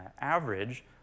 average